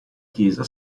chiesa